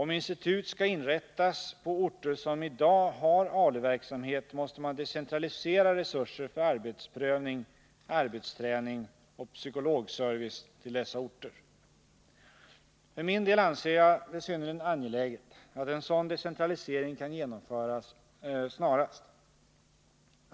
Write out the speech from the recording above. Om institut skall inrättas på orter som i dag har ALU-verksamhet måste man decentralisera resurser för arbetsprövning, arbetsträning och psykologservice till dessa orter. För min del anser jag det synnerligen angeläget att en sådan decentralisering kan genomföras snarast.